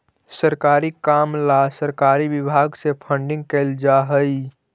सरकारी काम ला सरकारी विभाग से फंडिंग कैल जा हई